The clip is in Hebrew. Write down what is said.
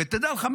ותדע לך,